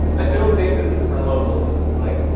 i don't think this is for locals, this is like,